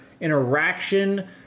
interaction